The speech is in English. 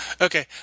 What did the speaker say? Okay